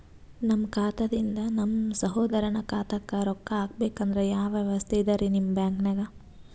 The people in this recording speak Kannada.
ನಮ್ಮ ಖಾತಾದಿಂದ ನಮ್ಮ ಸಹೋದರನ ಖಾತಾಕ್ಕಾ ರೊಕ್ಕಾ ಹಾಕ್ಬೇಕಂದ್ರ ಯಾವ ವ್ಯವಸ್ಥೆ ಇದರೀ ನಿಮ್ಮ ಬ್ಯಾಂಕ್ನಾಗ?